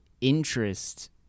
interest